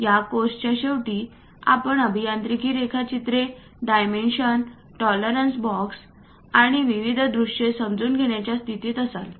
या कोर्सच्या शेवटी आपण अभियांत्रिकी रेखाचित्रे dimension tolerance box generator wind vanes low speed shafts nacelle towers yaw mechanism gearbox आणि विभागीय दृश्ये समजून घेण्याच्या स्थितीत असाल